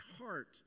heart